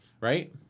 right